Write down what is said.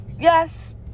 yes